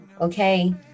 Okay